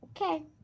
Okay